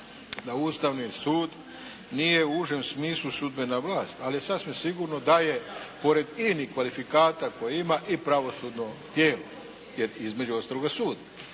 Ustavni sud nije u užem smislu sudbena vlast, ali je sasvim sigurno da je pored inih kvalifikata koje ima i pravosudno tijelo, jer je između ostaloga i sud.